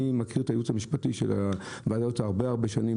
אני מכיר את הייעוץ המשפטי של הוועדות הרבה הרבה שנים,